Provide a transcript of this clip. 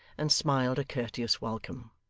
and smiled a courteous welcome.